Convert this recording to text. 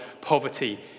poverty